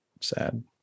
sad